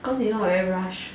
cause you know like very rush